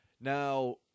Now